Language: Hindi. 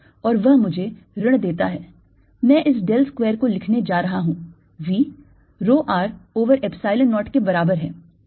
और वह मुझे ऋण देता है -मैं इस del square को लिखने जा रहा हूं - V rho r over epsilon 0 के बराबर है